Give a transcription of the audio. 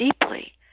deeply